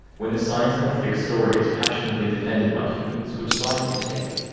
when the science contradicts stories passionately defended by humans, which side do you take?